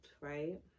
right